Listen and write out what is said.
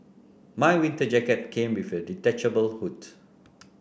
my winter jacket came with a detachable hood